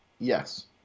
yes